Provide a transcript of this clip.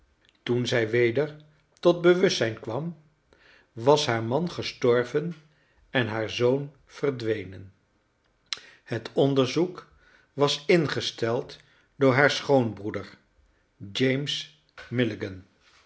toen zij weder tot bewustzijn kwam was haar man gestorven en haar zoon verdwenen het onderzoek was ingesteld door haar schoonbroeder james